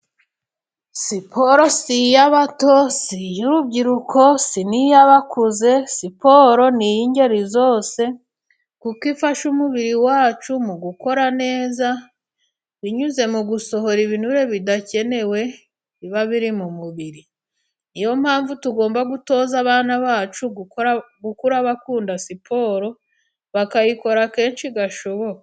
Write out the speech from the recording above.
Siporo si iy'abato, si iy'urubyiruko, si niy'abakuze, siporo niy'ingeri zose kuko ifasha umubiri wacu mu gukora neza, binyuze mu gusohora ibinure bidakenewe, biba biri mu mubiri. Ni yo mpamvu tugomba gutoza abana bacu gukura bakunda siporo bakayikora kenshi gashoboka.